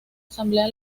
asamblea